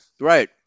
right